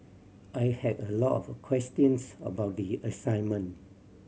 I had a lot of questions about the assignment